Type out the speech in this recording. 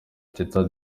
teta